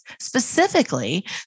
Specifically